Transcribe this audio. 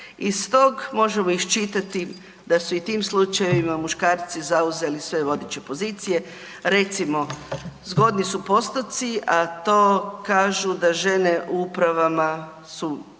Iz tog možemo iščitati da su i tim slučajevima muškarci zauzeli svoje vodeće pozicije. Recimo zgodni su postoci, a to kažu da žene u upravama su